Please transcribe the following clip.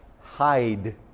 hide